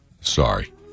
Sorry